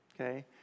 okay